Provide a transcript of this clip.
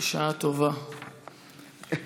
בשעה טובה.